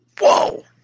Whoa